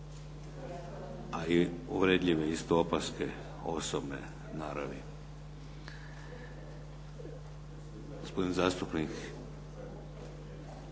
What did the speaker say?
A i uvredljive isto opaske osobne naravi. Gospodin zastupnik